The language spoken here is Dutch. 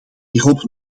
hierop